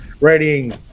writing